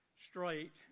straight